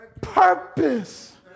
purpose